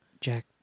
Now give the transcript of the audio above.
Jack